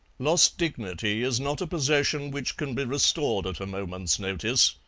lost dignity is not a possession which can be restored at a moment's notice,